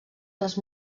les